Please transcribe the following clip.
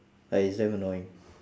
like it's damn annoying